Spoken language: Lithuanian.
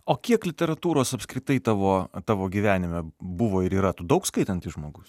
o kiek literatūros apskritai tavo tavo gyvenime buvo ir yra tu daug skaitantis žmogus